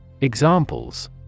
Examples